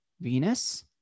venus